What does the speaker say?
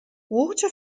water